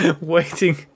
waiting